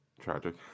tragic